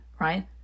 right